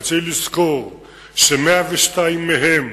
אבל צריך לזכור ש-102 מהם